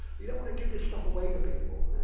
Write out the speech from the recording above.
you don't want to give this stuff away to people.